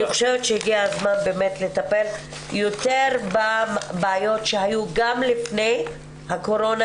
אני חושבת שהגיע הזמן באמת לטפל יותר בבעיות שהיו גם לפני הקורונה,